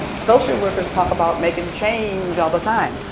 social workers talk about making change all the time.